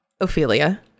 Ophelia